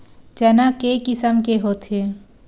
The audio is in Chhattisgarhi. चना के किसम के होथे?